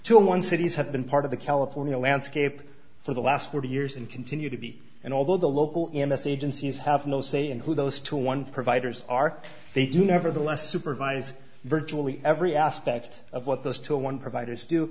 to one city's have been part of the california landscape for the last forty years and continue to be and although the local m s a agencies have no say in who those two one providers are they do nevertheless supervise virtually every aspect of what those two one providers do